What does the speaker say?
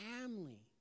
family